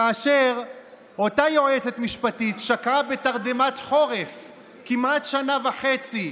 כאשר אותה יועצת משפטית שקעה בתרדמת חורף כמעט שנה וחצי,